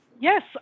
Yes